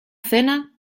cena